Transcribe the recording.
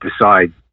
decide